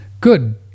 good